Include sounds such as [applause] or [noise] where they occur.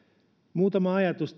muutama ajatus [unintelligible]